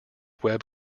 web